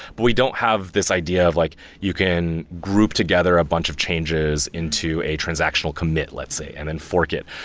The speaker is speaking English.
but we don't have this idea of like you can group together a bunch of changes into a transactional commit, let's say, and then fork it.